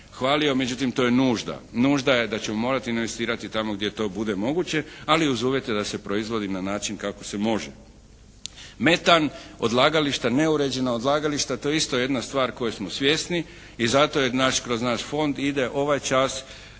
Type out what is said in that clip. hvalio. Međutim to je nužda, nužda je da ćemo morati investirati tamo gdje to bude moguće, ali uz uvjete da se proizvodi na način kako se može. Metan, odlagališta, neuređena odlagališta to je isto jedna stvar koje smo svjesni i zato kroz naš fond ide ovaj čas